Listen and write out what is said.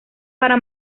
para